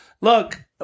Look